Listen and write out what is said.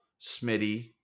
Smitty